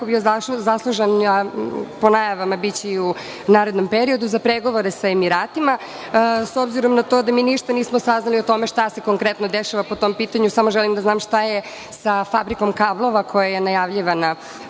bio zaslužan, a po najavama biće i u narednom periodu, za pregovore sa Emiratima. S obzirom na to da mi ništa nismo saznali o tome šta se konkretno dešava po tom pitanju, samo želim da znam šta je sa Fabrikom kablova koja je najavljivana